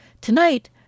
Tonight